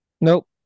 nope